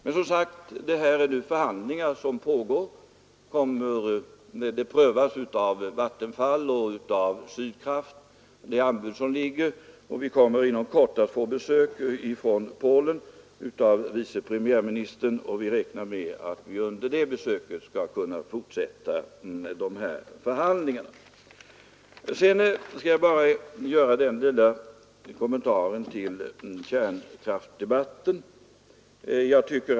Men det pågår som sagt förhandlingar. Ett anbud vi fått prövas av Vattenfall och Sydkraft. Vi kommer inom kort att få besök av Polens vice premiärminister, och vi räknar med att vi under det besöket skall kunna fortsätta förhandlingarna. "Sedan skall jag bara göra en liten kommentar till kärnkraftsdebatten.